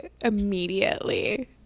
immediately